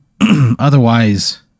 otherwise